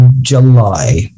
July